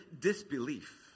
disbelief